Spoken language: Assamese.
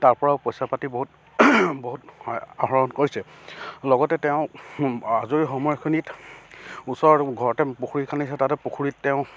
তাৰ পৰাও পইচা পাতি বহুত বহুত আহৰণ কৰিছে লগতে তেওঁ আজৰি সময়খিনিত ওচৰৰ ঘৰতে পুখুৰী খান্দিছে তাতে পুখুৰীত তেওঁ